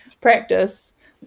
practice